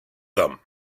them